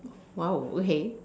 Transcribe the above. !wow! okay